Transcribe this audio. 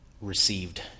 received